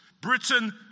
Britain